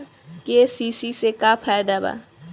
KCC से का फायदा ह?